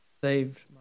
saved